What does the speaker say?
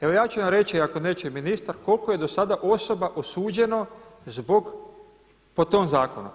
Evo ja ću vam reći ako neće ministar koliko je do sada osoba osuđeno zbog po tom zakonu?